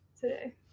today